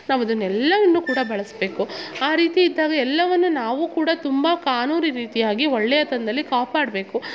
ನಾವದನ್ನೆಲ್ಲವನ್ನು ಕೂಡ ಬಳಸಬೇಕು ಆ ರೀತಿ ಇದ್ದಾಗ ಎಲ್ಲವನ್ನು ನಾವು ಕೂಡ ತುಂಬ ಕಾನೂನು ರೀತಿಯಾಗಿ ಒಳ್ಳೆಯ ತನದಲ್ಲಿ ಕಾಪಾಡಬೇಕು